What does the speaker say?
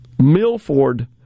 Milford